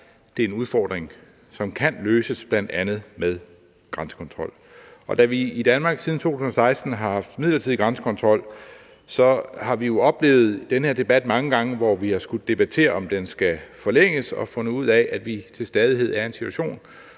er det en udfordring, som kan løses bl.a. med grænsekontrol. Og da vi i Danmark siden 2016 har haft midlertidig grænsekontrol, har vi jo oplevet den her debat mange gange, hvor vi har skullet debattere, om den skal forlænges, og har fundet ud af, at vi til stadighed er i en situation,